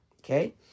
Okay